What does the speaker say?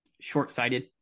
short-sighted